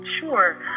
Sure